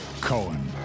Cohen